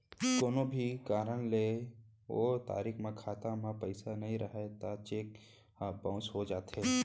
कोनो भी कारन ले ओ तारीख म खाता म पइसा नइ रहय त चेक ह बाउंस हो जाथे